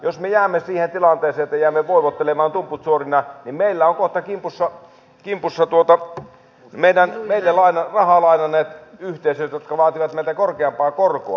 jos me jäämme siihen tilanteeseen että jäämme voivottelemaan tumput suorina niin meillä ovat kohta kimpussa meille rahaa lainanneet yhteisöt jotka vaativat meiltä korkeampaa korkoa